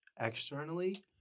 externally